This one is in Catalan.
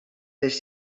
les